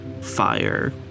fire